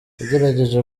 agerageje